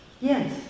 Yes